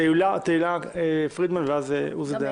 תהילה פרידמן ואז עוזי דיין.